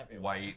white